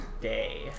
day